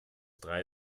drei